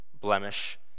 blemish